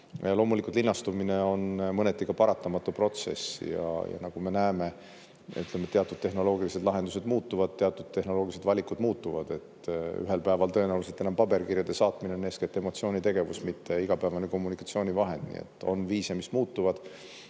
Loomulikult, linnastumine on mõneti ka paratamatu protsess. Nagu me näeme, teatud tehnoloogilised lahendused muutuvad, teatud tehnoloogilised valikud muutuvad. Ühel päeval on paberkirjade saatmine tõenäoliselt eeskätt emotsioonitegevus, mitte igapäevane kommunikatsioonivahend. On viise, mis muutuvad,